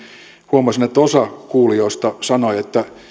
huomasin että osa kuulijoista sanoi että